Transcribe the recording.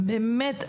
באמת,